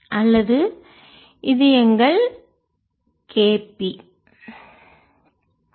அல்லது இது எங்கள் Kb